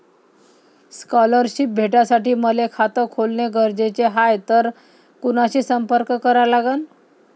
Scholarship भेटासाठी मले खात खोलने गरजेचे हाय तर कुणाशी संपर्क करा लागन?